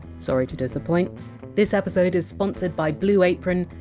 sorry to disappoint this episode is sponsored by blue apron,